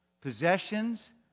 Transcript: possessions